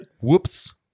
Whoops